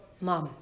Mom